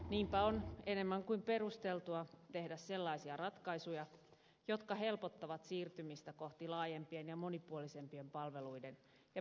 niinpä on enemmän kuin perusteltua tehdä sellaisia ratkaisuja jotka helpottavat siirtymistä kohti laajempien ja monipuolisempien palveluiden ja pienyrittäjyyden yhteiskuntaa